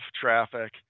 traffic